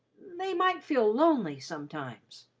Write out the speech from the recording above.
they might feel lonely sometimes.